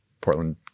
Portland